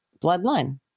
bloodline